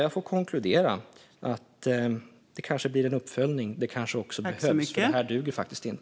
Jag får konkludera att det kanske blir en uppföljning. Det kanske också behövs, för det här duger faktiskt inte.